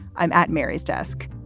i'm at mary's desk.